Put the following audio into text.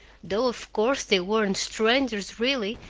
though of course they weren't strangers really,